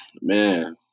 Man